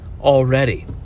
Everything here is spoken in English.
already